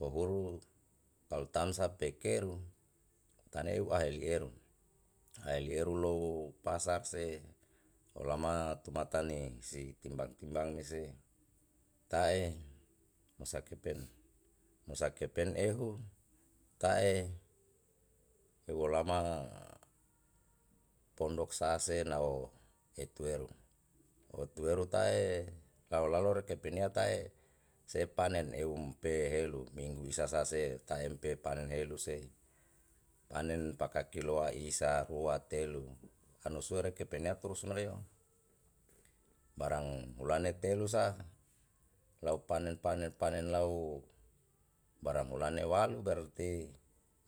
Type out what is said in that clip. Wohuru kalu tamsa pekeru tanei aheli eru aheli eru lou pasar se olama tumata ni si timbang timbang mese ta'e mesa kepen, mesa kepen ehu ta'e eu olama pondok sa se nao etueru, otueru tae lau lalo re kepenia tae se panen eumpe helu minggu isa sa se ta empe panen helu se, panen paka kiloa isa rua telu anusue re kepenia turus menio, barang hulane telu sa lau panen panen panen lau barng hulane walu berarti